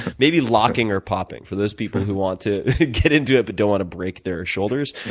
maybe locking or popping for those people who want to get into it but don't want to break their shoulders.